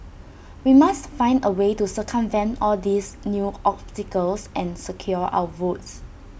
we must find A way to circumvent all these new obstacles and secure our votes